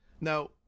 Now